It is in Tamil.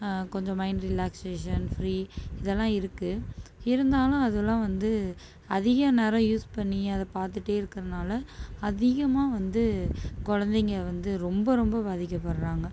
கொஞ்சம் மைண்ட் ரிலாக்சேஷன் ஃப்ரீ இதெல்லாம் இருக்கு இருந்தாலும் அதெல்லாம் வந்து அதிக நேரம் யூஸ் பண்ணி அதை பார்த்துட்டே இருக்கிறதுனால அதிகமாக வந்து குழந்தைங்க வந்து ரொம்ப ரொம்ப பாதிக்கப்படுறாங்க